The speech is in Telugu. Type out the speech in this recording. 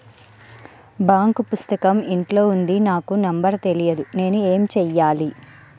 బాంక్ పుస్తకం ఇంట్లో ఉంది నాకు నంబర్ తెలియదు నేను ఏమి చెయ్యాలి?